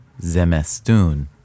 Zemestun